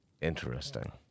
Interesting